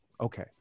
Okay